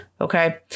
okay